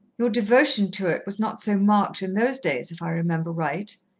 your devotion to it was not so marked in those days, if i remember right,